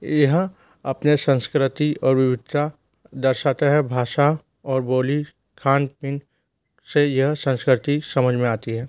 यह अपने संस्कृति और विविधता दर्शाते हैं भाषा और बोली खाना पीना से यह संस्कृति समझ में आती है